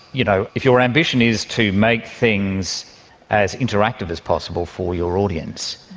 you know if your ambition is to make things as interactive as possible for your audience,